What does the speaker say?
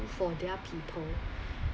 for their people